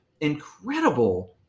incredible